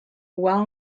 well